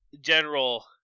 general